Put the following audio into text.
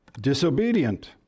disobedient